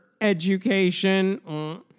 education